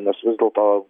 nes vis dėlto